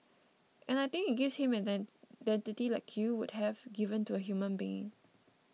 and I think it gives him an dent like you would have given to a human being